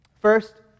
First